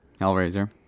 hellraiser